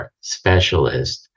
specialist